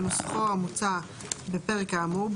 כנוסחו המוצע בפרק האמור,